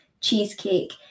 cheesecake